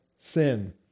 sin